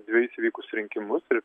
dvejus įvykusius rinkimus ir